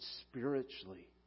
spiritually